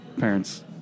parents